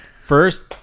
first